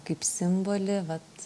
kaip simbolį vat